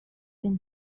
been